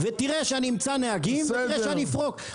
ותראה שאני אמצא נהגים ותראה שאני אפרוק.